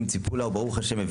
וברוך השם,